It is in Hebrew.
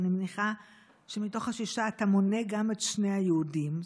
אני מניחה שבתוך השישה אתה מונה גם את שני היהודים,